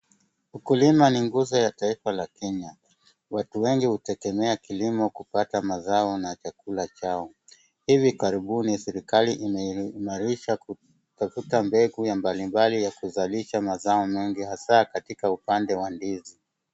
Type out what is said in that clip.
Ukulima ni nguzo ya taifa la Kenya. Watu wengi hutegemea kilimo kupata mazao na chakula chao. Hivi karibuni serikali imeimarisha kukuza mbegu mbalimbali ya kuzalisha mazoa mengi hasa katika upande wa ndizi.